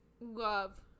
love